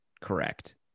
correct